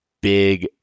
big